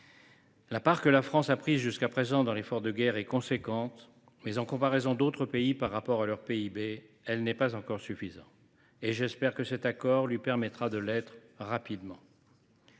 La part que la France a prise jusqu’à présent dans l’effort de guerre est importante, mais, en comparaison d’autres pays et au regard du PIB de chacun, elle n’est pas suffisante ; j’espère que cet accord lui permettra de l’être rapidement.